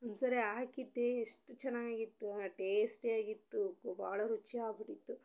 ಒಂದು ಸರಿ ಹಾಕಿದ್ದೆ ಎಷ್ಟು ಚೆನ್ನಾಗಿತ್ತು ಆಂ ಟೇಸ್ಟಿಯಾಗಿತ್ತು ಭಾಳ ರುಚಿ ಆಗ್ಬಿಟ್ಟಿತ್ತು